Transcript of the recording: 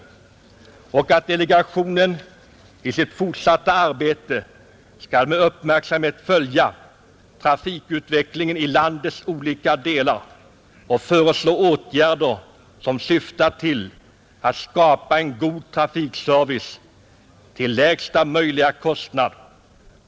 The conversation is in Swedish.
Jag förutsätter också att delegationen i sitt fortsatta arbete skall med uppmärksamhet följa trafikutvecklingen i landets olika delar och föreslå åtgärder som syftar till att skapa en god trafikservice till lägsta möjliga kostnad.